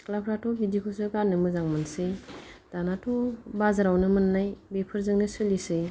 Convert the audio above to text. सिख्लाफ्राथ' बिदिखौसो गाननो मोजां मोनसै दानाथ' बाजारावनो मोननाय बेफोरजोंनो सोलिसै